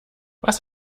was